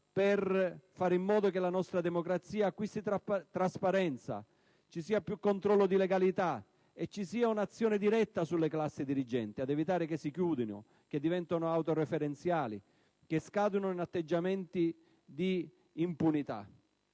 risorsa affinché la nostra democrazia acquisti trasparenza, vi sia più controllo di legalità e si avvii anche un'azione diretta sulle classi dirigenti per evitare che queste si chiudano, diventino autoreferenziali e scadano in atteggiamenti di impunità.